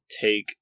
take